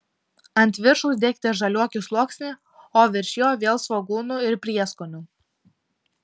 ant viršaus dėkite žaliuokių sluoksnį o virš jo vėl svogūnų ir prieskonių